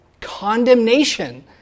condemnation